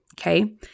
okay